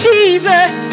Jesus